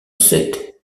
sept